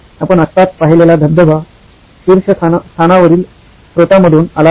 आपण आत्ताच पाहिलेला धबधबा शीर्षस्थानावरील स्त्रोतामधून आला आहे